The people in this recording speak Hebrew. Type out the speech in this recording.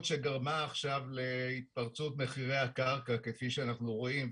שגרמה עכשיו להתפרצות מחירי הקרקע כפי שאנחנו רואים,